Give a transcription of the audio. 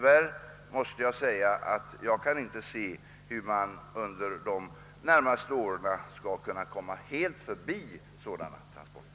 Tyvärr måste jag säga att jag inte kan se, hur man under de närmaste åren helt skall kunna undvika sådana trans Dorter.